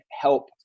help